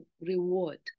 reward